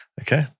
Okay